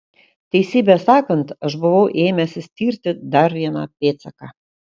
teisybę sakant aš buvau ėmęsis tirti dar vieną pėdsaką